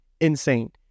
Insane